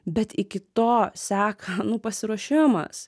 bet iki to seka pasiruošimas